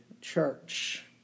church